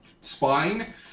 Spine